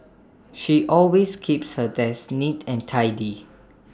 she always keeps her desk neat and tidy